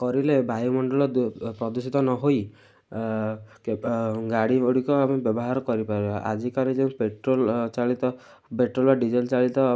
କରିଲେ ବାୟୁମଣ୍ଡଳ ପ୍ରଦୁଷିତ ନ ହୋଇ ଗାଡ଼ି ଗୁଡ଼ିକ ଆମେ ବ୍ୟବହାର କରିପାରିବା ଆଜିକାଲି ଯେଉଁ ପେଟ୍ରୋଲ୍ ଚାଳିତ ପେଟ୍ରୋଲ୍ ଓ ଡିଜେଲ୍ ଚାଳିତ